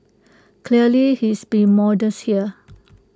clearly he's being modest here